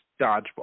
dodgeball